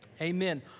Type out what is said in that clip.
Amen